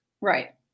right